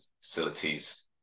facilities